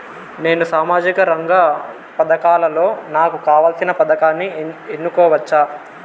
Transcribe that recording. నేను సామాజిక రంగ పథకాలలో నాకు కావాల్సిన పథకాన్ని ఎన్నుకోవచ్చా?